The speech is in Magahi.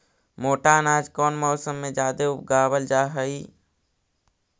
मोटा अनाज कौन मौसम में जादे उगावल जा हई?